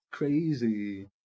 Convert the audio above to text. crazy